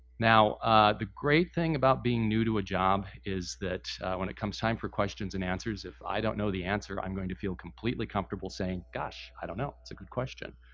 the great thing about being new to a job, is that when it comes time for questions and answers. if i don't know the answer, i'm going to feel completely comfortable saying gosh, i don't know. it's a good question.